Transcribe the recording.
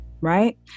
right